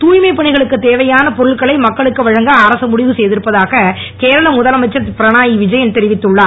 தூய்மை பணிகளுக்குத் தேவையான பொருட்களை மக்களுக்கு வழங்க அரசு முடிவு செய்திருப்பதாக கேரள முதலமைச்சர் திரு பினரய் விஜயன் தெரிவித்துள்ளார்